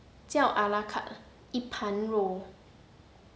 叫 ala carte 一盘肉